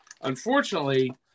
unfortunately